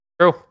True